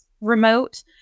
remote